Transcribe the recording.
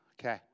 okay